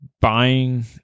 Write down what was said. buying